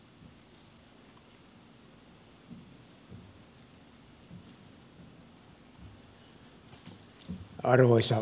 arvoisa puhemies